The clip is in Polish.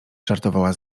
żartowała